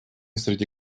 среди